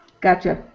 Gotcha